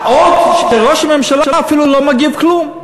ועוד, שראש הממשלה אפילו לא מגיב כלום.